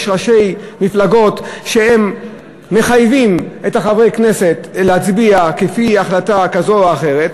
יש ראשי מפלגות שמחייבים את חברי הכנסת להצביע כפי החלטה כזאת או אחרת.